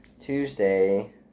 Tuesday